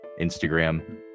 Instagram